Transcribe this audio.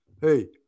Hey